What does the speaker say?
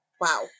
wow